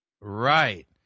Right